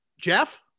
Jeff